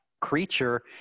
creature